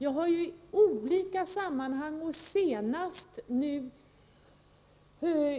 Jag har ju i olika sammanhang och senast nu